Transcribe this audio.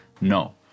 No